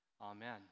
Amen